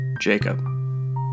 Jacob